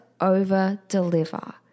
over-deliver